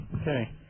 Okay